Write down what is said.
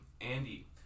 Andy